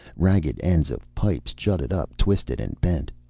ragged ends of pipes jutted up, twisted and bent.